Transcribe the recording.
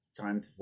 time